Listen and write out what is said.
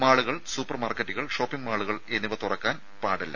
മാളുകൾ സൂപ്പർമാർക്കറ്റുകൾ ഷോപ്പിംഗ് മാളുകൾ എന്നിവ തുറക്കാൻ പാടില്ല